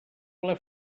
ple